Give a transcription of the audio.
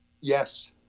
Yes